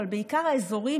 אבל בעיקר האזורי,